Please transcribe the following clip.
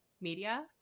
media